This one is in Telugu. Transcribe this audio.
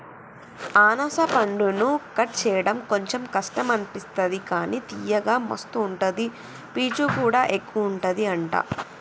అనాస పండును కట్ చేయడం కొంచెం కష్టం అనిపిస్తది కానీ తియ్యగా మస్తు ఉంటది పీచు కూడా ఎక్కువుంటది అంట